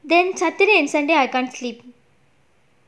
then saturday and sunday I can't sleep